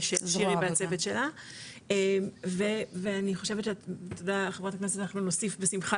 של שירי והצוות שלה ואני חושבת שחברת הכנסת אנחנו נוסיף בשמחה,